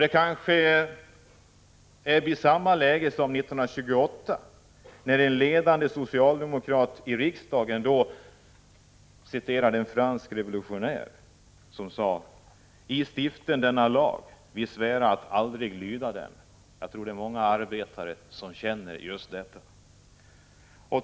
Det är kanske nu samma läge som 1928, när en ledande socialdemokrat i riksdagen citerade en fransk revolutionär och sade: ”I stiften denna lag. Vi svära att aldrig lyda den.” Jag tror att många arbetare känner just på det sättet.